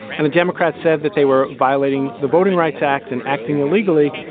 and the democrats said that they were violating the voting rights act and acting illegally.